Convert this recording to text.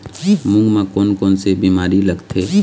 मूंग म कोन कोन से बीमारी लगथे?